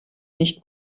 nicht